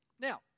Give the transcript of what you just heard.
now